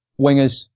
wingers